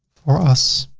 for us,